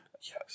Yes